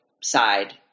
side